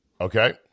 Okay